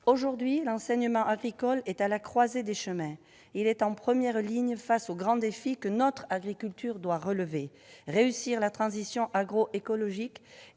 Aujourd'hui, l'enseignement agricole est à la croisée des chemins. Il est en première ligne face aux grands défis que notre agriculture doit relever : réussir la transition agroécologique